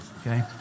okay